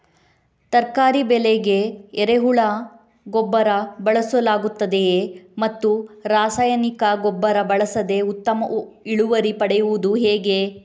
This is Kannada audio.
ತರಕಾರಿ ಬೆಳೆಗೆ ಎರೆಹುಳ ಗೊಬ್ಬರ ಬಳಸಲಾಗುತ್ತದೆಯೇ ಮತ್ತು ರಾಸಾಯನಿಕ ಗೊಬ್ಬರ ಬಳಸದೆ ಉತ್ತಮ ಇಳುವರಿ ಪಡೆಯುವುದು ಹೇಗೆ?